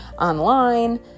online